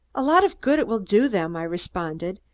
a lot of good it will do them, i responded.